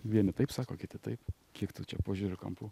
vieni taip sako kiti taip kiek tų čia požiūrio kampų